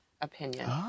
opinion